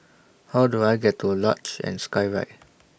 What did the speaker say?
How Do I get to Luge and Skyride